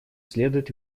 следует